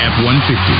F-150